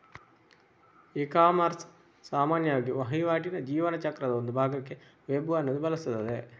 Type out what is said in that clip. ecommerce ಸಾಮಾನ್ಯವಾಗಿ ವಹಿವಾಟಿನ ಜೀವನ ಚಕ್ರದ ಒಂದು ಭಾಗಕ್ಕೆ ವೆಬ್ ಅನ್ನು ಬಳಸುತ್ತದೆ